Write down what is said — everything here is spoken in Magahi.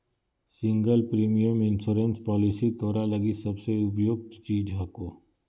सिंगल प्रीमियम इंश्योरेंस पॉलिसी तोरा लगी सबसे उपयुक्त चीज हको